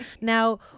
Now